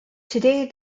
today